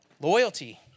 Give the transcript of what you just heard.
Loyalty